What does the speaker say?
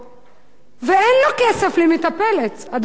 ואין לה כסף למטפלת, אדוני היושב-ראש.